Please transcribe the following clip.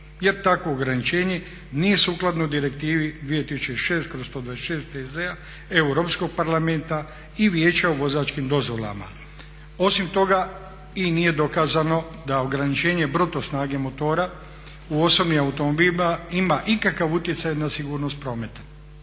jer takvo ograničenje nije sukladno Direktivi 2006/126 EZ Europskog parlamenta i Vijeća o vozačkim dozvolama. Osim toga i nije dokazano da ograničenje bruto snage motora u osobnim automobilima ima ikakav utjecaj na sigurnost prometa.